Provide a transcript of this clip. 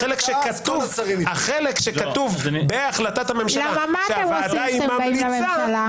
החלק שכתוב: בהחלטת הממשלה שהוועדה היא ממליצה,